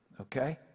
Okay